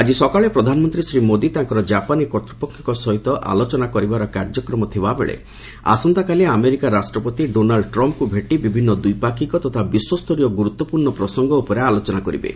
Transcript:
ଆଜି ସକାଳେ ପ୍ରଧାନମନ୍ତ୍ରୀ ଶ୍ରୀ ମୋଦି ତାଙ୍କର ଜାପାନୀ କର୍ତ୍ତ୍ୱପକ୍ଷଙ୍କ ସହିତ ଆଲୋଚନା କରିବାର କାର୍ଯ୍ୟକ୍ରମ ଥିବାବେଳେ ଆସନ୍ତାକାଲି ଆମେରିକା ରାଷ୍ଟ୍ରପତି ଡୋନାଲ୍ଡ ଟ୍ରମ୍ଙ୍କୁ ଭେଟି ବିଭିନ୍ନ ଦ୍ୱିପାକ୍ଷିକ ତଥା ବିଶ୍ୱସ୍ତରୀୟ ଗୁରୁତ୍ୱପୂର୍୍ଣ୍ଣ ପ୍ରସଙ୍ଗ ଉପରେ ଆଲୋଚନା କରିବେ